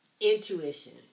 intuition